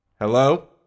Hello